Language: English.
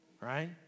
right